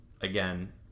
again